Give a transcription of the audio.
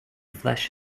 flesh